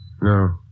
No